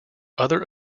other